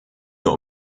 nur